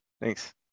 thanks